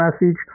message